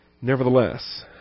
Nevertheless